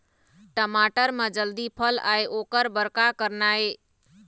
टमाटर म जल्दी फल आय ओकर बर का करना ये?